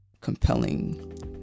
compelling